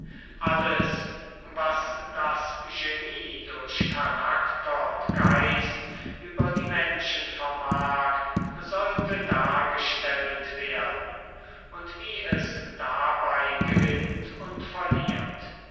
alles was das genie durch charakter und geist über die menschen vermag sollte dargestellt werden und wie es dabei gewinnt und verliert